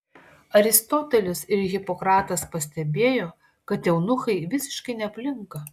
aristotelis ir hipokratas pastebėjo kad eunuchai visiškai neplinka